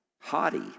haughty